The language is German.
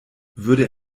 würde